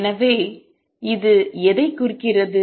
எனவே இது எதைக் குறிக்கிறது